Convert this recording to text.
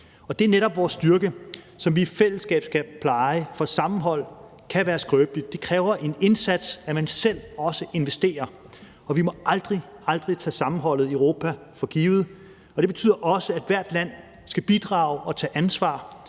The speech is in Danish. det er netop vores styrke, som vi i fællesskab skal pleje, for sammenhold kan være skrøbeligt. Det kræver en indsats, det kræer, at man også selv investerer, og vi må aldrig, aldrig tage sammenholdet i Europa for givet. Det betyder også, at hvert land skal bidrage og tage ansvar.